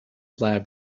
lab